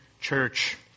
church